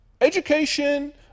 education